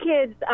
kids